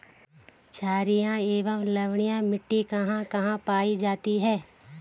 छारीय एवं लवणीय मिट्टी कहां कहां पायी जाती है?